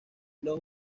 los